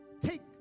take